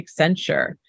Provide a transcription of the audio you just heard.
Accenture